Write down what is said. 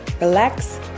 relax